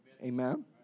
Amen